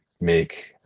make